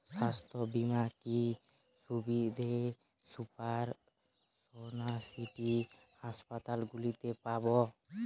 স্বাস্থ্য বীমার কি কি সুবিধে সুপার স্পেশালিটি হাসপাতালগুলিতে পাব?